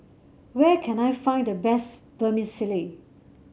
where can I find the best Vermicelli